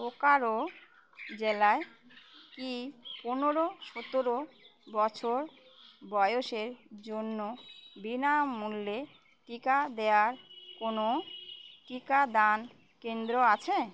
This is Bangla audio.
বোকারো জেলায় কি পনেরো সতেরো বছর বয়সের জন্য বিনামূল্যে টিকা দেয়ার কোনো টিকাদান কেন্দ্র আছে